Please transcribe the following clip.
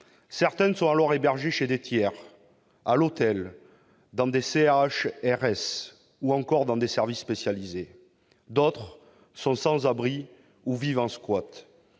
Certaines sont alors hébergées chez des tiers, à l'hôtel, dans des CHRS ou dans des services spécialisés. D'autres sont sans abri ou vivent en squat.